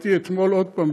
הייתי אתמול עוד פעם,